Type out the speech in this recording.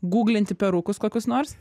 gūglinti perukus kokius nors